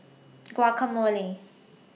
Guacamole